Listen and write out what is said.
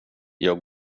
jag